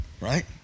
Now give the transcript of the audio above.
Right